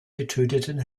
getöteten